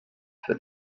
for